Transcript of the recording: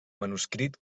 manuscrit